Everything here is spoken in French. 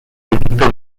victor